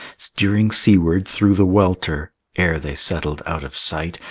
steering seaward through the welter, ere they settled out of sight,